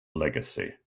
legacy